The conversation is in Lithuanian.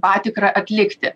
patikrą atlikti